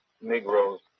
Negroes